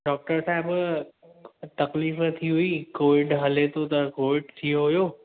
doctor साहिबु तकलीफ़ थी हुई कोविड हले थो त कोविड थी वियो हुओ